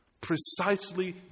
precisely